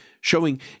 showing